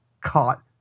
caught